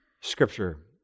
Scripture